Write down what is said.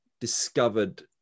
discovered